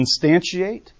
instantiate